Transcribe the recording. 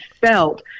felt